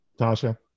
Tasha